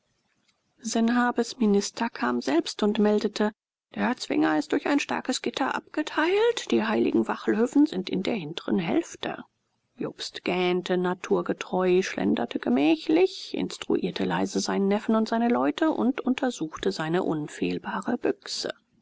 sanhabes minister kam selbst und meldete der zwinger ist durch ein starkes gitter abgeteilt die heiligen wachlöwen sind in der hinteren hälfte jobst gähnte naturgetreu schlenderte gemächlich instruierte leise seinen neffen und seine leute und untersuchte seine unfehlbare büchse